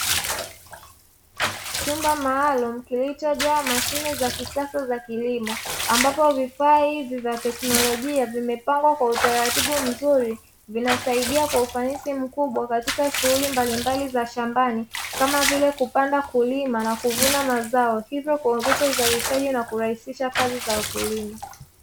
Chumba maalumu, kilichojaa mashine za kisasa za kilimo, ambapo vifaa hivi vya teknolojia vimepangwa kwa utaratibu mzuri, vinasaidia kwa ufanisi mkubwa katika shughuli mbalimbali za shambani, kama vile; kupanda, kulima na kuvuna mazao, hivyo kuongeza uzalishaji na kurahisha kazi za wakulima.